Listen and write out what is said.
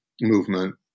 movement